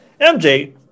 MJ